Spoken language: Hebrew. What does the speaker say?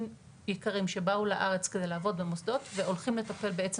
יקרים שבאו לארץ כדי לעבוד במוסדות והולכים לטפל בעצם